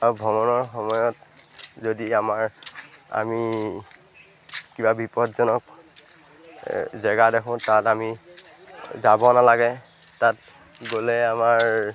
আৰু ভ্ৰমণৰ সময়ত যদি আমাৰ আমি কিবা বিপদজনক জেগা দেখোঁ তাত আমি যাব নালাগে তাত গ'লে আমাৰ